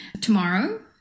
tomorrow